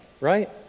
right